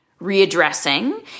readdressing